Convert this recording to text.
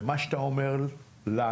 ומה שאתה אומר לנו,